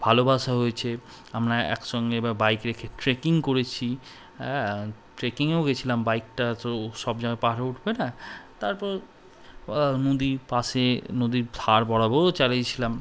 ভালোবাসা হয়েছে আমরা একসঙ্গে এবার বাইক রেখে ট্রেকিং করেছি হ্যাঁ ট্রেকিংয়েও গিয়েছিলাম বাইকটা তো সব জগায় পাহড়ে উঠবে না তারপর নদীর পাশে নদীর ধার বরাবরও চালিয়েছিলাম